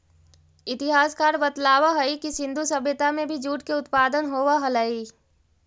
इतिहासकार बतलावऽ हई कि सिन्धु सभ्यता में भी जूट के उत्पादन होवऽ हलई